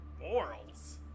morals